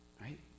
Right